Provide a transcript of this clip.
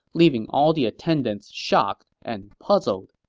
leaving all the attendees shocked and puzzled